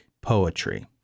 poetry